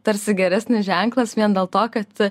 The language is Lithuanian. tarsi geresnis ženklas vien dėl to kad